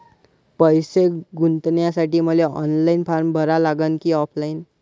पैसे गुंतन्यासाठी मले ऑनलाईन फारम भरा लागन की ऑफलाईन?